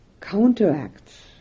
counteracts